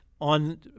On